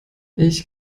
ich